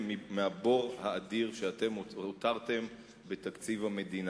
מהבור האדיר שאתם הותרתם בתקציב המדינה.